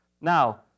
Now